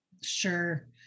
Sure